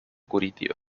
curitiba